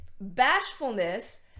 bashfulness